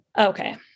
okay